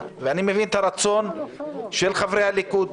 ואני מבין את הרצון של חברי הליכוד,